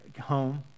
home